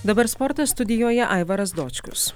dabar sporto studijoje aivaras dočkus